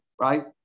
right